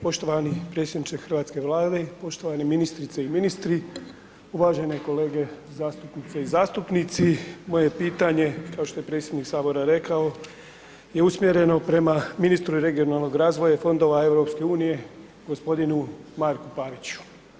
Poštovani predsjedniče hrvatske Vlade, poštovani ministrice i ministri, uvažene kolege zastupnice i zastupnici, moje pitanje, kao što je predsjednik Sabora rekao je usmjereno prema ministru regionalnog razvoja i fondova EU g. Marku Paviću.